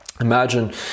Imagine